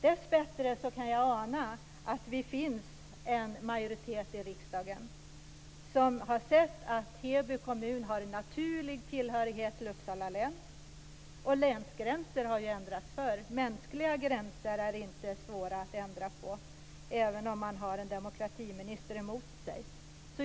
Dessbättre kan jag ana att det finns en majoritet i riksdagen som har sett att Heby kommun har en naturlig tillhörighet till Uppsala län. Länsgränser har ju ändrats förr. Mänskliga gränser är inte svåra att ändra på även om man har en demokratiminister emot sig.